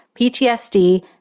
PTSD